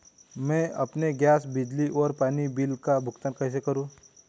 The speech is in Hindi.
मैं अपने गैस, बिजली और पानी बिल का भुगतान कैसे करूँ?